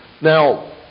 Now